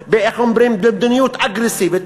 הלכתם במדיניות אגרסיבית.